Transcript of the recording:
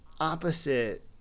Opposite